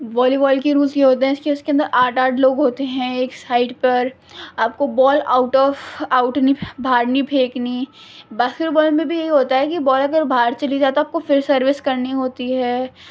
والی وال کے رولس یہ ہوتے ہیں کہ اس کے اندر آٹھ آٹھ لوگ ہوتے ہیں ایک سائیڈ پر آپ کو بال آؤٹ آف آؤٹ نہیں باہر نہیں پھینکنی باسکٹ بال میں بھی یہی ہوتا ہے کہ بال اگر باہر چلی جائے تو پھر سروس کرنی ہوتی ہے